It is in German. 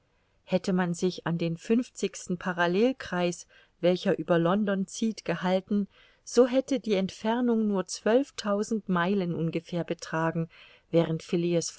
hätte man sich an den fünfzigsten parallelkreis welcher über london zieht gehalten so hätte die entfernung nur zwölftausend meilen ungefähr betragen während